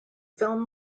film